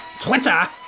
Twitter